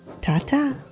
ta-ta